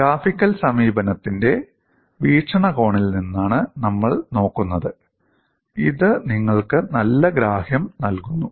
graphical സമീപനത്തിന്റെ വീക്ഷണകോണിൽ നിന്നാണ് നമ്മൾ നോക്കുന്നത് ഇത് നിങ്ങൾക്ക് നല്ല ഗ്രാഹ്യം നൽകുന്നു